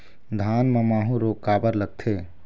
धान म माहू रोग काबर लगथे?